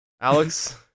Alex